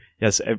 Yes